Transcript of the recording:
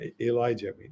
Elijah